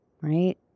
right